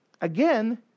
Again